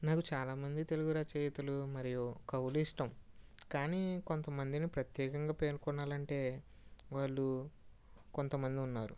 నాకు చాలామంది తెలుగు రచయితలు మరియు కవులు ఇష్టం కానీ కొంతమందిని ప్రత్యేకంగా పేర్కొనాలి అంటే వాళ్ళు కొంతమంది ఉన్నారు